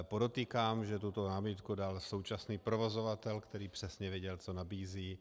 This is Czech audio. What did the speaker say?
Podotýkám, že tuto námitku dal současný provozovatel, který přesně věděl, co nabízí.